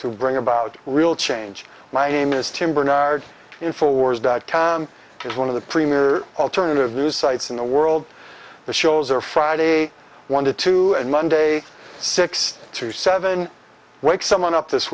to bring about real change my name is tim bernard in four words dot com is one of the premier alternative news sites in the world the shows are friday one to two and monday six to seven wake someone up this